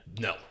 no